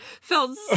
felt